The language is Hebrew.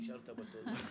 נשארת בתודה.